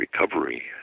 recovery